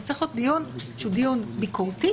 וזה צריך להיות דיון שהוא דיון ביקורתי,